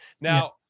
now